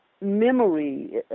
memory